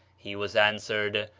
he was answered,